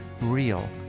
Real